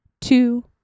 two